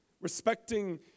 Respecting